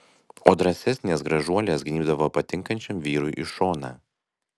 o drąsesnės gražuolės gnybdavo patinkančiam vyrui į šoną